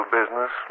business